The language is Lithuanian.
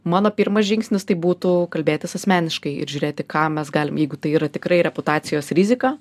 mano pirmas žingsnis tai būtų kalbėtis asmeniškai ir žiūrėti ką mes galim jeigu tai yra tikrai reputacijos rizika